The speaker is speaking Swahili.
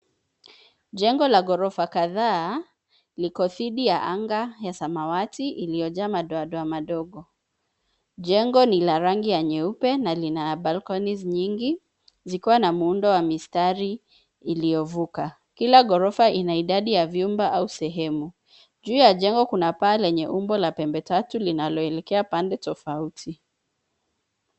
Jengo la gorofa kadhaa, liko dhidi ya anga ya samawati iliyojaa madoa madoa madogo. Jengo ni la rangi ya nyeupe na lina balconies nyingi, zikiwa na muundo wa mistari iliyovuka. Kila gorofa ina idadi ya vyumba au sehemu. Juu ya jengo kuna paa lenye umbo la pembe tatu linaloelekea pande tofauti.